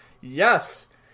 Yes